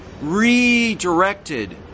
redirected